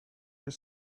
your